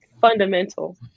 fundamental